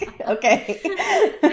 okay